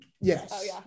Yes